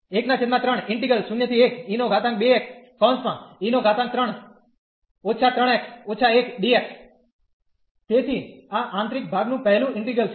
તેથી આ આંતરિક ભાગનું પહેલું ઈન્ટિગ્રલ છે